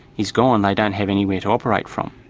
is gone. they don't have anywhere to operate from,